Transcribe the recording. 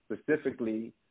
specifically